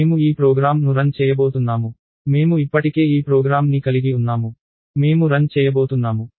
మేము ఈ ప్రోగ్రామ్ను రన్ చేయబోతున్నాము మేము ఇప్పటికే ఈ ప్రోగ్రామ్ని కలిగి ఉన్నాము మేము రన్ చేయబోతున్నాము